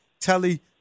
Telly